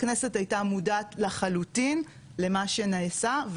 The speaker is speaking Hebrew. הכנסת הייתה מודעת לחלוטין למה שנעשה,